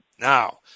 Now